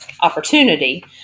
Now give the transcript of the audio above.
opportunity